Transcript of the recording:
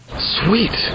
Sweet